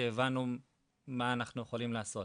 הבנו מה אנחנו יכולים לעשות.